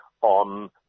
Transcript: on